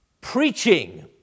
preaching